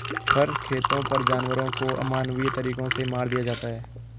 फर खेतों पर जानवरों को अमानवीय तरीकों से मार दिया जाता है